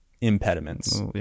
impediments